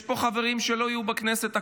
יש פה חברים שלא היו בכנסת הקודמת,